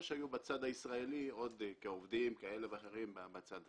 או שהיו בצד הישראלי עוד כעובדים כאלה או אחרים בצד הזה.